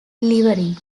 livery